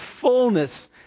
fullness